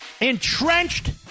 entrenched